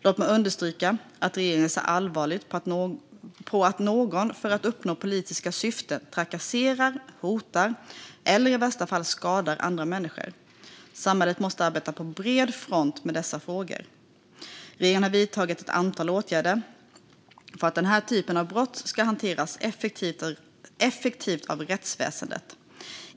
Låt mig understryka att regeringen ser allvarligt på att någon för att uppnå politiska syften trakasserar, hotar eller i värsta fall skadar andra människor. Samhället måste arbeta på bred front med dessa frågor. Regeringen har vidtagit ett antal åtgärder för att den här typen av brott ska hanteras effektivt av rättsväsendet.